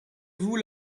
vous